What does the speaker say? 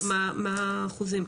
מה האחוזים?